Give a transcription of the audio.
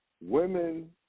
women